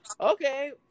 okay